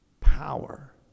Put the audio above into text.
power